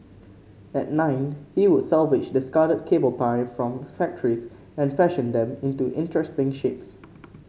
at nine he would salvage discarded cable tie from factories and fashion them into interesting shapes